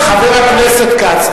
חבר הכנסת כץ,